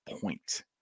point